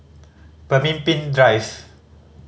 Pemimpin Drive